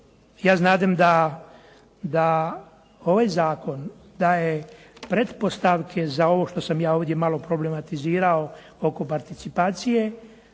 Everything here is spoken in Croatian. ja znadem da ovaj zakon daje pretpostavke za ovo što sam ja ovdje malo problematizirao oko participacije